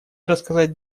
рассказать